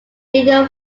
radio